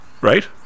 Right